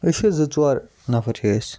أسۍ چھِ زٕ ژور نَفَر چھِ أسۍ